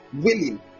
willing